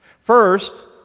First